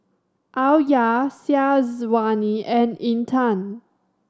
Alya Syazwani and Intan